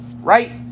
Right